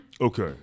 Okay